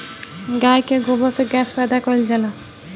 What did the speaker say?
गाय के गोबर से गैस पैदा कइल जाला